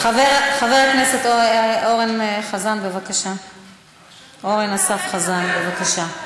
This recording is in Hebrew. חבר הכנסת אורן אסף חזן, בבקשה.